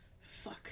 Fuck